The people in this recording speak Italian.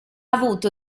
avuto